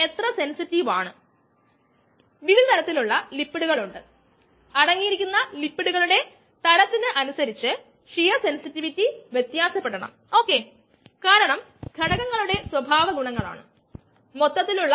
vvmSKmS ഈ സമവാക്യം invert ചെയ്യുക ആണെകിൽ ഇരുവശത്തും 1 ബൈ എടുക്കുക നമുക്ക് 1 v equals l inversion of K m vmS S vmS എന്നാണ് KmvmS എന്നത് Kmvm1S ആകും